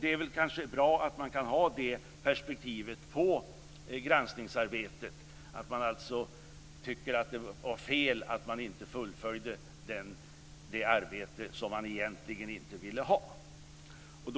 Det är väl kanske bra att man kan ha det perspektivet på granskningsarbetet, att man alltså tycker att det var fel att det arbete som man egentligen inte ville ha inte fullföljde.